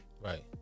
Right